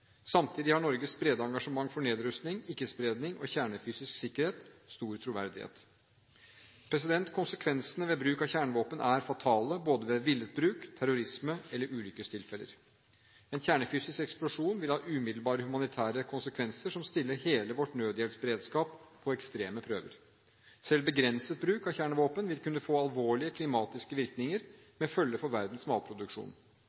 Samtidig har Norges brede engasjement for nedrustning, ikke-spredning og kjernefysisk sikkerhet stor troverdighet. Konsekvensene ved bruk av kjernevåpen er fatale ved både villet bruk, terrorisme og ulykkestilfeller. En kjernefysisk eksplosjon vil ha umiddelbare humanitære konsekvenser som stiller hele vår nødhjelpsberedskap på ekstreme prøver. Selv begrenset bruk av kjernevåpen vil kunne få alvorlige klimatiske